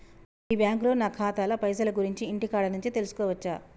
మీ బ్యాంకులో నా ఖాతాల పైసల గురించి ఇంటికాడ నుంచే తెలుసుకోవచ్చా?